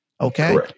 okay